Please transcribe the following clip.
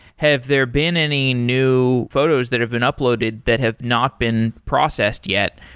have there been any new photos that have been uploaded that have not been processed yet?